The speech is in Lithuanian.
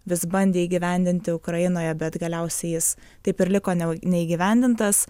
vis bandė įgyvendinti ukrainoje bet galiausiai jis taip ir liko neįgyvendintas